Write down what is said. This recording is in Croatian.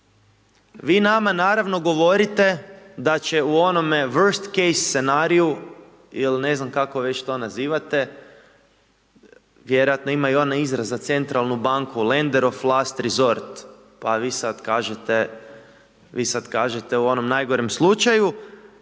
Vi nama naravno govorite da će u onome worst case scenariju ili ne znam kako već to nazivate, vjerojatno ima i onaj izraz za centralnu banku, lender of last resort, pa vi sad kažite, vi sad kažite u onom najgorem slučaju